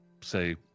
say